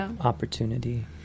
opportunity